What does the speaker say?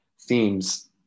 themes